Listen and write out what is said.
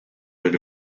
would